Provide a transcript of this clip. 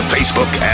Facebook